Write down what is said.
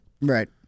Right